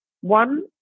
One